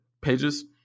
pages